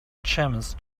chemist